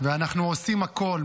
ואנחנו עושים הכול,